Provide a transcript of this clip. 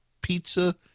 Pizza